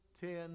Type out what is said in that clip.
ten